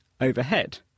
overhead